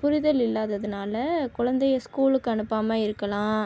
புரிதல் இல்லாததினால குழந்தையை ஸ்கூலுக்கு அனுப்பாமல் இருக்கலாம்